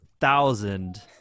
thousand